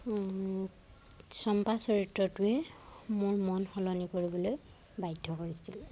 চম্পা চৰিত্ৰটোৱে মোৰ মন সলনি কৰিবলৈ বাধ্য কৰিছিল